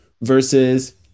versus